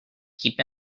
keep